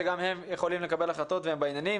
שגם הם יכולים לקבל החלטות והם בעניינים.